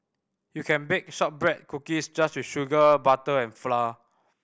you can bake shortbread cookies just with sugar butter and flour